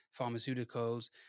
pharmaceuticals